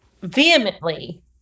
vehemently